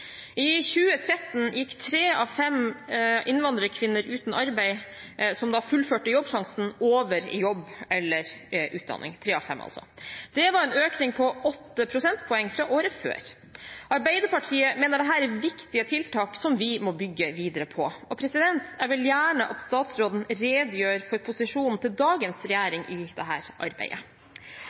I 2013 gikk tre av fem innvandrerkvinner uten arbeid som da fullførte Jobbsjansen, over i jobb eller utdanning. Det var en økning på 8 prosentpoeng fra året før. Arbeiderpartiet mener dette er viktige tiltak som vi må bygge videre på. Jeg vil gjerne at statsråden redegjør for posisjonen til dagens regjering i dette arbeidet.